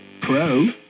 pro